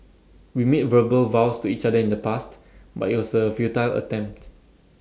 we made verbal vows to each other in the past but IT was A futile attempt